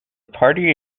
party